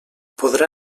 podrà